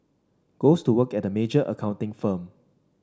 goes to work at a major accounting firm